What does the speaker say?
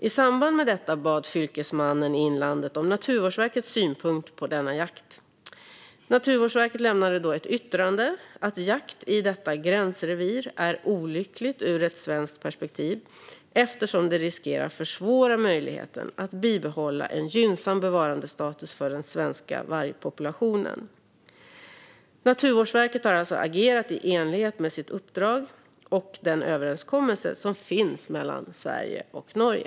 I samband med detta bad Fylkesmannen i Innlandet om Naturvårdsverkets synpunkt på denna jakt. Naturvårdsverket lämnade då ett yttrande - att jakt i detta gränsrevir är olyckligt ur ett svenskt perspektiv eftersom det riskerar att försvåra möjligheten att bibehålla en gynnsam bevarandestatus för den svenska vargpopulationen. Naturvårdsverket har alltså agerat i enlighet med sitt uppdrag och den överenskommelse som finns mellan Sverige och Norge.